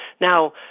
Now